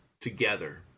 together